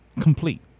complete